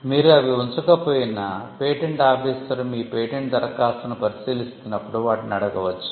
మీరు అవి ఉంచక పోయినా పేటెంట్ ఆఫీసర్ మీ పేటెంట్ దరఖాస్తును పరిశీలిస్తున్నప్పుడు వాటిని అడగవచ్చు